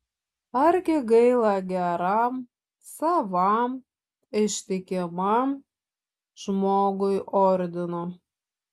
argi gaila geram savam ištikimam žmogui ordino